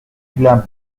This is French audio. vilain